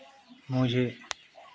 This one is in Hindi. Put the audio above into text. मुझे